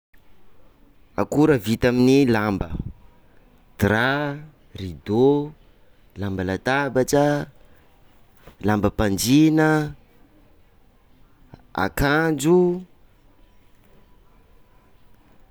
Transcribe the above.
Akora vita amin'ny lamba: drap, rideau, lamba latabatra, lambam-pandriana, akanjo.